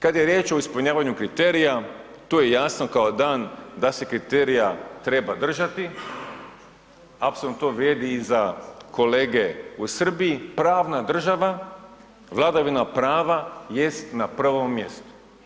Kada je riječ o ispunjavanju kriterija tu je jasno kao dan da se kriterija treba držati, apsolutno to vrijedi i za kolege i u Srbiji, pravna država vladavina prava jest na prvom mjestu.